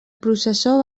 processó